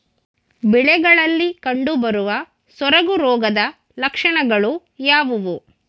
ಬೆಳೆಗಳಲ್ಲಿ ಕಂಡುಬರುವ ಸೊರಗು ರೋಗದ ಲಕ್ಷಣಗಳು ಯಾವುವು?